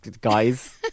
guys